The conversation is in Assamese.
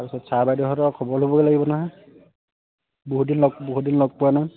তাৰ পিছত ছাৰ বাইদউহঁতৰ খবৰ ল'বগৈ লাগিব নহয় বহুত দিন লগ বহুত দিন লগ পোৱা নাই